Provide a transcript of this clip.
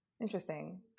interesting